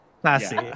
classy